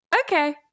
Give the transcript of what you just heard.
Okay